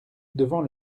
devant